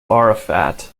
arafat